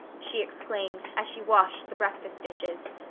she exclaimed as she washed the breakfast dishes.